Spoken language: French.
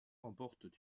remportent